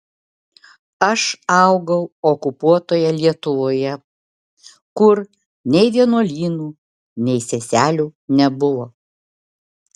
aš augau okupuotoje lietuvoje kur nei vienuolynų nei seselių nebuvo